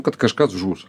kad kažkas žus